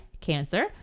cancer